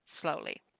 slowly